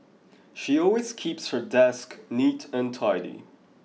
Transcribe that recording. she always keeps her desk neat and tidy